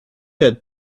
had